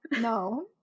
No